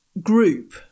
group